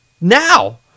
now